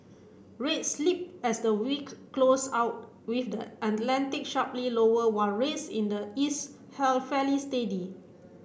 rates slipped as the week closed out with the Atlantic sharply lower while rates in the east held fairly steady